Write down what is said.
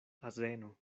azeno